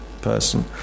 person